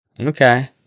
Okay